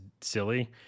silly